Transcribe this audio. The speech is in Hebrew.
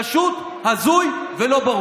פשוט הזוי ולא ברור.